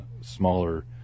smaller